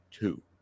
Two